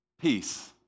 peace